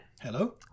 Hello